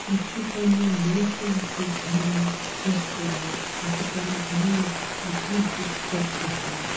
مےٚ چھُ پنٛنؠن دوستَن سۭتۍ گِنٛدُن خۄش کَران مےٚ چھُ پنٛنِس مٲلِس وٕچھنَس سۭتۍ خۄش گژھَان